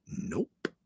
Nope